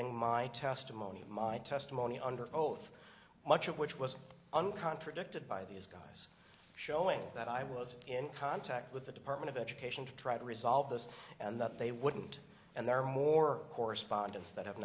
my testimony of my testimony under oath much of which was uncontracted by these guys showing that i was in contact with the department of education to try to resolve this and that they wouldn't and there are more correspondence that have